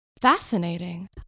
Fascinating